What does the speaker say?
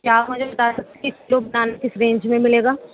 کیا آپ مجھے بتا سکتی ہیں ایک کلو کس رینج میں ملے گا